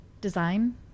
design